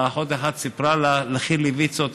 ואחות אחת סיפרה לה: לכי לוויצ"ו,